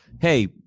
hey